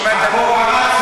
הוא סובל פה כל כך הרבה זמן.